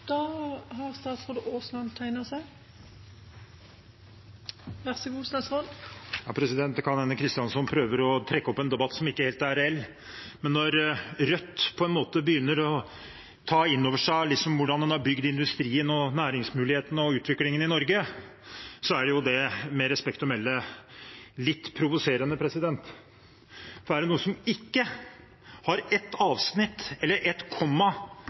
som ikke er helt reell, men når Rødt på en måte begynner å ta inn over seg hvordan en har bygd industrien, næringsmulighetene og utviklingen i Norge, er det med respekt å melde litt provoserende. For er det noen som ikke har ett avsnitt, ett komma eller